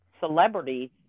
celebrities